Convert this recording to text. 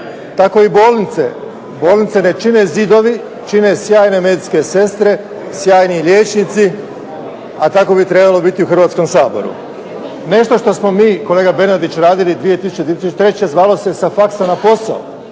Tako i bolnice, bolnice ne čine zidovi, čine sjajne medicinske sestre, sjajni liječnici, a tako bi trebalo biti i u Hrvatskom saboru. Nešto što smo mi kolega Bernardić radili 2000. i 2003. zvalo se sa faksa na posao.